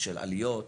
של עליות,